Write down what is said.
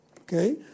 okay